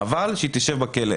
אבל שהיא תשב בכלא.